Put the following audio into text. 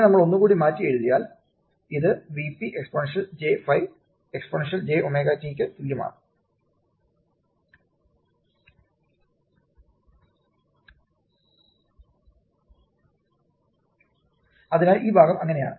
ഇതിനെ നമ്മൾ ഒന്ന് കൂടി മാറ്റി എഴുതിയാൽ ഇത് Vp exponential j5 exponential jωt ക്ക് തുല്യമാണ് അതിനാൽ ഈ ഭാഗം അങ്ങനെയാണ്